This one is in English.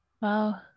Wow